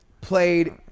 played